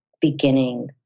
beginning